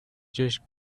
just